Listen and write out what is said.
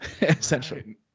Essentially